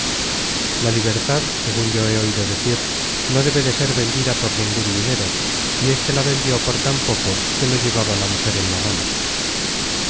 la libertad segun yo he oido decir no debe de ser vendida por ningun dinero y éste la vendió por tan poco que lo llevaba la mujer en la mano